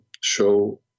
show